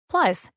Plus